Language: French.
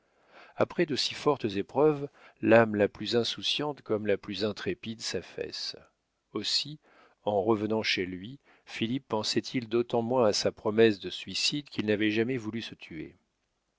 après de si fortes épreuves l'âme la plus insouciante comme la plus intrépide s'affaisse aussi en revenant chez lui philippe pensait-il d'autant moins à sa promesse de suicide qu'il n'avait jamais voulu se tuer